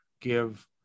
give